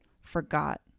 forgot